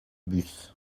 bus